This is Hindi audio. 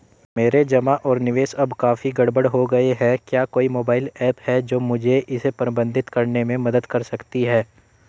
मेरे जमा और निवेश अब काफी गड़बड़ हो गए हैं क्या कोई मोबाइल ऐप है जो मुझे इसे प्रबंधित करने में मदद कर सकती है?